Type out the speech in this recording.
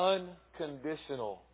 Unconditional